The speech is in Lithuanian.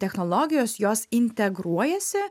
technologijos jos integruojasi